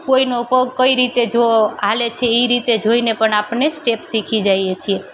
કોઈનો પગ કઈ રીતે જોવો ચાલે છે એ રીતે જોઈને પણ આપને સ્ટેપ શીખી જઈએ છીએ